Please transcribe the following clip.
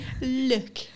look